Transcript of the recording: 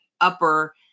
upper